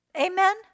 Amen